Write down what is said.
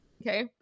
okay